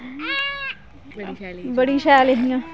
बड़ी शैल हियां